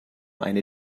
eine